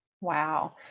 Wow